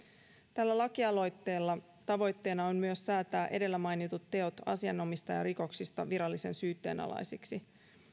tällä lakialoitteella tavoitteena on myös säätää edellä mainitut teot asianomistajarikoksista virallisen syytteen alaisiksi